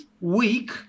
week